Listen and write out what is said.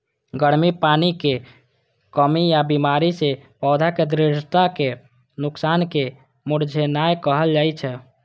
गर्मी, पानिक कमी या बीमारी सं पौधाक दृढ़ताक नोकसान कें मुरझेनाय कहल जाइ छै